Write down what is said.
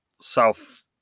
South